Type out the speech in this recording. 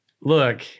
look